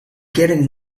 getting